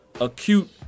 acute